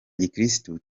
gikirisitu